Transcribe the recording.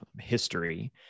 history